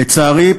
לצערי,